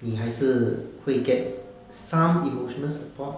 你还是会 get some emotional support